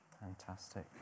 Fantastic